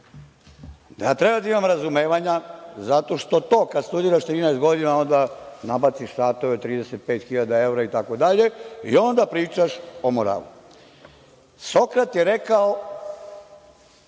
da ja treba da imam razumevanja zato što to kada studiraš 13 godina, onda nabaciš satove od 35.000 evra itd, i onda pričaš o moralu. Sokrat je rekao